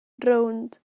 rownd